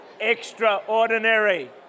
extraordinary